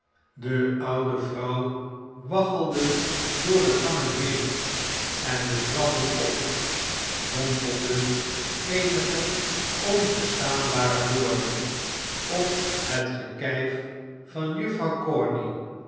de oude vrouw waggelde door de gangen heen en de trappen op mompelde eenige onverstaanbare woorden op het gekijf van juffrouw